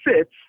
sits